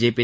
JP